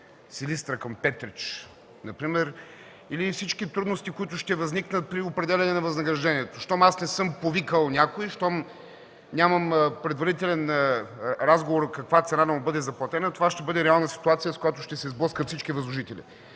Силистра към Петрич например, или всички трудности, които ще възникнат при определяне на възнаграждението. Щом аз не съм повикал някой, щом нямам предварителен разговор каква цена да му бъде заплатена, това ще бъде реална ситуация, с която ще се сблъскат всички възложители.